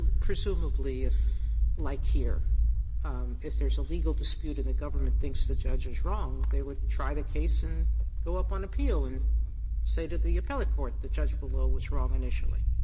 presumably, if like here if there's a legal dispute and the government thinks the judge is wrong, they would try the case and go up on appeal and say to the appellate court the judge below was wrong initially.